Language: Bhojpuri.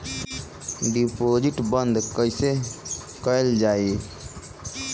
डिपोजिट बंद कैसे कैल जाइ?